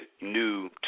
new